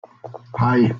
hei